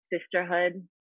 sisterhood